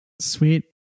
Sweet